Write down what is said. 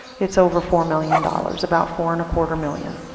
it's over four million dollars about four and a quarter million.